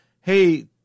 hey